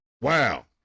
Wow